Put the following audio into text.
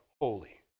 holy